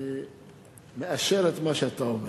אני מאשר את מה שאתה אומר.